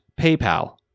PayPal